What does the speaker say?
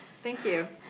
thank you.